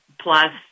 plus